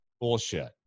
bullshit